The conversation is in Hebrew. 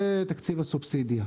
זה תקציב הסובסידיה.